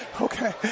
Okay